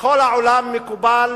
בכל העולם מקובל